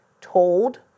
told